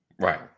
Right